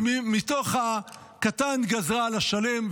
ומתוך הקטן גזרה על השלם,